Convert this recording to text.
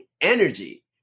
energy